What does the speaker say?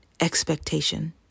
expectation